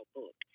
book